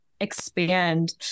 expand